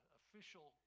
official